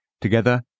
together